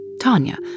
Tanya